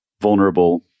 vulnerable